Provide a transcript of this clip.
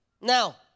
Now